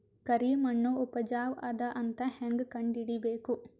ಕರಿಮಣ್ಣು ಉಪಜಾವು ಅದ ಅಂತ ಹೇಂಗ ಕಂಡುಹಿಡಿಬೇಕು?